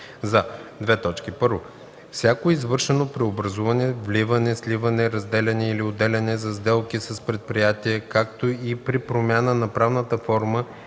14-дневен срок за: 1. всяко извършено преобразуване – вливане, сливане, разделяне или отделяне, за сделки с предприятие, както и при промяна на правната форма